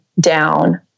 down